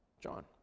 John